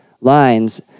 lines